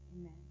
Amen